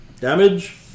Damage